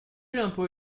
l’impôt